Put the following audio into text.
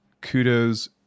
kudos